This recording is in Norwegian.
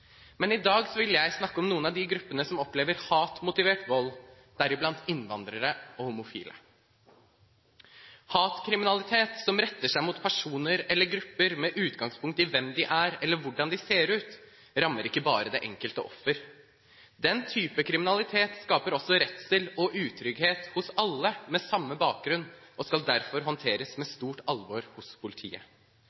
Men i dag vil jeg snakke om noen av de gruppene som opplever hatmotivert vold, deriblant innvandrere og homofile. Hatkriminalitet som retter seg mot personer eller grupper med utgangspunkt i hvem de er, eller hvordan de ser ut, rammer ikke bare det enkelte offer. Den type kriminalitet skaper også redsel og utrygghet hos alle med samme bakgrunn og skal derfor håndteres med